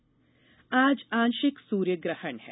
सूर्य ग्रहण आज आंशिक सूर्य ग्रहण है